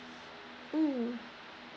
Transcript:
mm